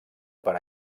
per